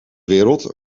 wereld